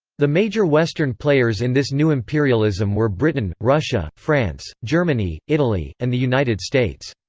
the major western players in this new imperialism were britain, russia, france, germany, italy, and the united states.